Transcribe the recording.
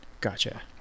gotcha